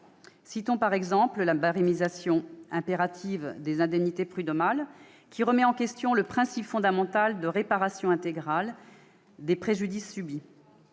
autres mesures, la barémisation impérative des indemnités prud'homales, qui remet en question le principe fondamental de « réparation intégrale » des préjudices subis,